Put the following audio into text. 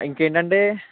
ఇంకేంటి అండి